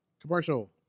Commercial